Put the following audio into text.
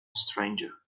stranger